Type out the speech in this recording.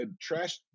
trash